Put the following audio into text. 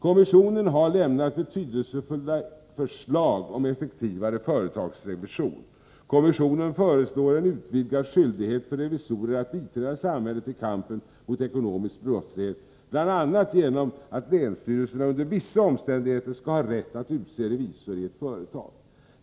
Kommissionen har lämnat betydelsefulla förslag om effektivare företagsrevision. Kommissionen föreslår en utvidgad skyldighet för revisorer att biträda samhället i kampen mot ekonomisk brottslighet, bl.a. genom att länsstyrelsen under vissa omständigheter skall ha rätt att utse revisor i ett företag.